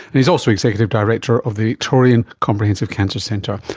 and he's also executive director of the victorian comprehensive cancer centre.